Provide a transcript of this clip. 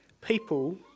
people